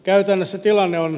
käytännössä tilanne on